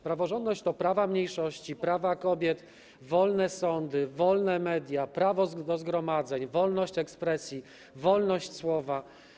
Praworządność to prawa mniejszości, prawa kobiet, wolne sądy, wolne media, prawo do zgromadzeń, wolność ekspresji, wolność słowa.